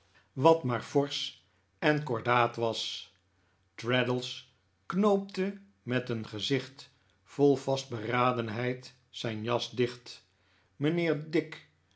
wat maar forsch en kordaat was traddles knoopte met een gezicht vol vastberadenheid zijn jas dicht mijnheer dick